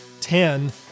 ten